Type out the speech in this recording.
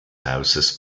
hauses